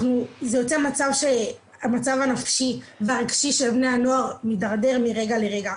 זה יוצר מצב שהמצב הנפשי והרגשי של בני הנוער מידרדר מרגע לרגע.